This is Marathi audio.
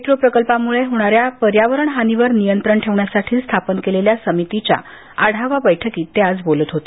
मेट्रो प्रकल्पामुळे होणाऱ्या पर्यावरण हानीवर नियंत्रण ठेवण्यासाठी स्थापन केलेल्या समितीच्या आढावा बैठकीत ते आज बोलत होते